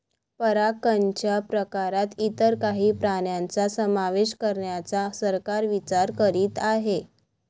परागकणच्या प्रकारात इतर काही प्राण्यांचा समावेश करण्याचा सरकार विचार करीत आहे